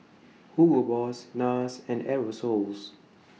Hugo Boss Nars and Aerosoles